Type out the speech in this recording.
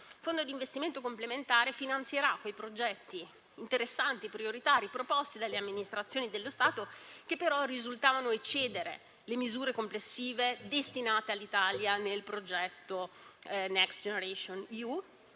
il fondo di investimento complementare. Tale fondo finanzierà quei progetti interessanti e prioritari riproposti dalle amministrazioni dello Stato che però risultavano eccedere le misure complessive destinate all'Italia nel progetto Next generation EU.